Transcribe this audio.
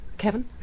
Kevin